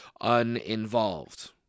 uninvolved